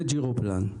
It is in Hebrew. זה ג'ירופלן.